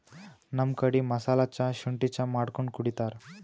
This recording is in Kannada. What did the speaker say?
ನಮ್ ಕಡಿ ಮಸಾಲಾ ಚಾ, ಶುಂಠಿ ಚಾ ಮಾಡ್ಕೊಂಡ್ ಕುಡಿತಾರ್